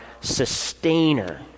sustainer